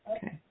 Okay